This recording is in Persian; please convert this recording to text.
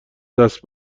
دست